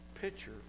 picture